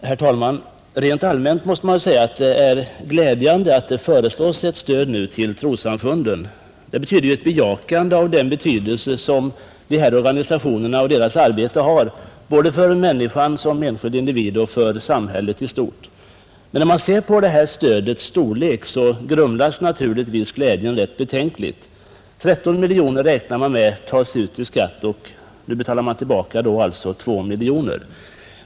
Herr talman! Rent allmänt måste man väl säga att det är glädjande att det nu föreslås ett stöd till trossamfunden. Det betyder ett bejakande av den betydelse som dessa organisationer och deras arbete har både för människan som enskild individ och för samhället i stort. Men när man ser på stödets storlek grumlas glädjen rätt betänkligt. Det beräknas att 13 miljoner kronor tas ut i skatt, och staten betalar alltså tillbaka 2 miljoner.